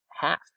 half